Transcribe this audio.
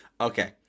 okay